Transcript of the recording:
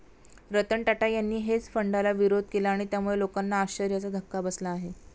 रतन टाटा यांनी हेज फंडाला विरोध केला आणि त्यामुळे लोकांना आश्चर्याचा धक्का बसला आहे